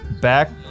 back